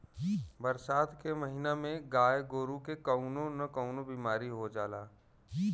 बरसात के महिना में गाय गोरु के कउनो न कउनो बिमारी हो जाला